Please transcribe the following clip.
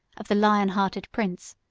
of the lion-hearted prince,